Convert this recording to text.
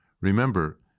Remember